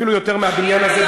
אפילו יותר מהבניין הזה,